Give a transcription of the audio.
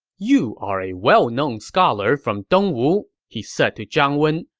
you are a well-known scholar from dongwu, he said to zhang wen,